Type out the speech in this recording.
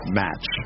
match